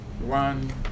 One